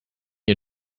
you